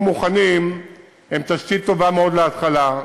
מוכנים הם תשתית מאוד טובה להתחלה,